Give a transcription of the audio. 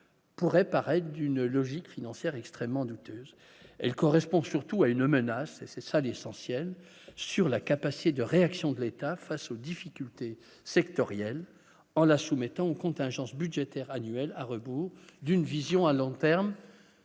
pourrait pareil d'une logique financière extrêmement douteuse, elle correspond surtout à une menace et c'est ça d'essentiel sur la capacité de réaction de l'État face aux difficultés sectorielles en la soumettant aux contingences budgétaires annuelles à rebours d'une vision à l'enterrement